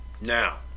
Now